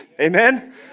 Amen